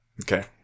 Okay